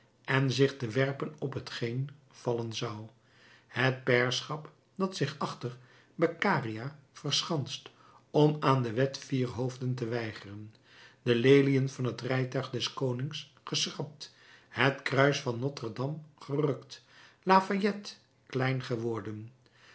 en zich te werpen op hetgeen vallen zou het pairschap dat zich achter beccaria verschanst om aan de wet vier hoofden te weigeren de leliën van het rijtuig des konings geschrapt het kruis van notre dame gerukt lafayette klein geworden